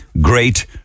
great